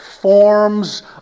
forms